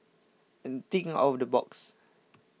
and thinks out of the box